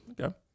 Okay